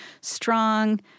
strong